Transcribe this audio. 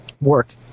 work